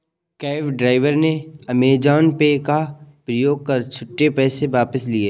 cab driver ने Amazon pay का प्रयोग कर छुट्टे पैसे वापस किए